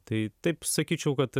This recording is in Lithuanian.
tai taip sakyčiau kad